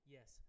Yes